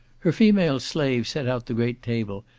her female slave set out the great table,